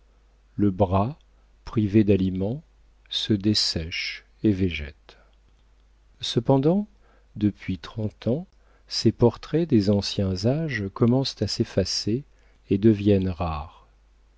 le bras privé d'aliments se dessèche et végète cependant depuis trente ans ces portraits des anciens âges commencent à s'effacer et deviennent rares